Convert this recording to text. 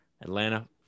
Atlanta